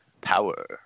Power